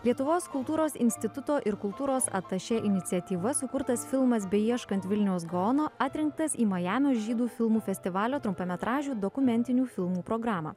lietuvos kultūros instituto ir kultūros atašė iniciatyva sukurtas filmas beieškant vilniaus gaono atrinktas į majamio žydų filmų festivalio trumpametražių dokumentinių filmų programą